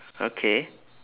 okay